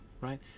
right